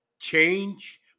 change